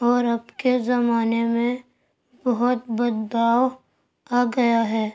اور اب کے زمانے میں بہت بدلاؤ آ گیا ہے